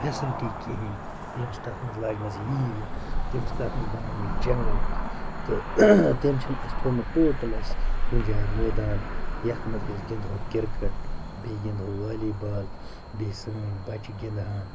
facility کِہیٖنۍ تم چھِ تَتھ منٛز لاجمَژٕ ییٖرِ تم چھِ تَتھ منٛز بَنٲیمٕتۍ جَنگَل تہٕ تم چھِنہٕ اَسہِ تھوٚمُت ٹوٹَل اَسہِ کُنہِ جایہِ مٲدان یَتھ منٛز أسۍ گِنٛدہو کِرکَٹ بیٚیہِ گِنٛدہو والی بال بیٚیہِ سٲنۍ بَچہِ گِنٛدہان